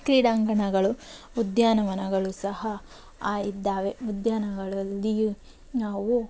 ಕ್ರೀಡಾಂಗಣಗಳು ಉದ್ಯಾನವನಗಳು ಸಹ ಇದ್ದಾವೆ ಉದ್ಯಾವನಗಳಲ್ಲಿಯೂ ನಾವು